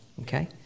Okay